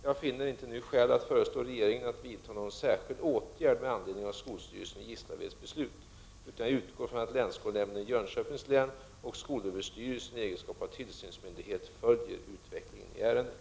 Jag finner inte skäl att föreslå regeringen att vidta någon särskild åtgärd med anledning av skolstyrelsens i Gislaved beslut, utan jag utgår från att länsskolnämnden i Jönköpings län och skolöverstyrelsen i egenskap av tillsynsmyndighet följer utvecklingen i ärendet.